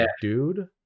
dude